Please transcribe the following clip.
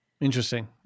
Interesting